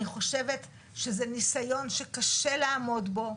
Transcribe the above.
אני חושבת שזה ניסיון שקשה לעמוד בו,